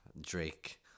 Drake